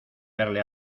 verle